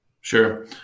Sure